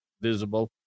visible